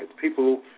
people